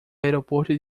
aeroporto